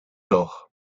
doch